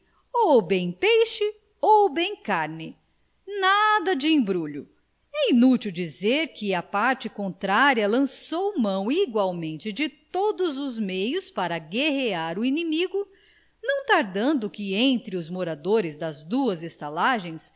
ou bem peixe ou bem carne nada de embrulho é inútil dizer que a parte contrária lançou mão igualmente de todos os meios para guerrear o inimigo não tardando que entre os moradores da duas estalagens